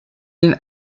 den